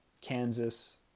Kansas